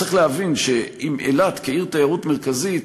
צריך להבין שאם לאילת כעיר תיירות מרכזית,